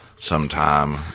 sometime